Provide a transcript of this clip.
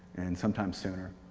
and sometimes sooner.